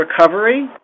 recovery